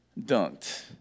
dunked